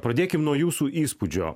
pradėkim nuo jūsų įspūdžio